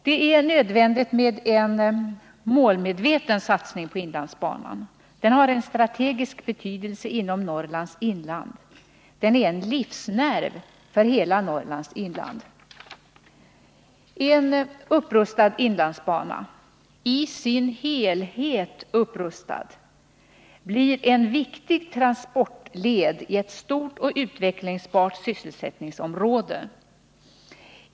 Det är nödvändigt med en målmedveten satsning på inlandsbanan. Den har strategisk betydelse inom Norrlands inland. Den är en livsnerv för hela Norrlands inland. En upprustad inlandsbana — i sin helhet upprustad — blir en viktig transportled i ett stort och utvecklingsbart sysselsättningsområde.